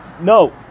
No